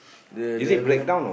the driver ah